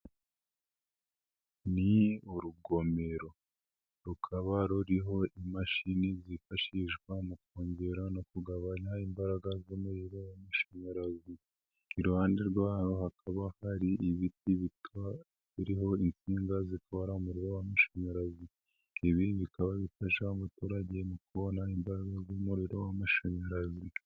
Ni urugomero rukaba ruriho imashini zifashishwa mu kongera no kugabanya imbaraga z'umuriro wa mashanyarazi. Iruhande rwawo hakaba hari ibiti biriho insinga zikora umuriro w'amashanyarazi. Ibi bikaba bifasha umuturage mu kubona imbaraga z'umuriro w'amashanyarazi.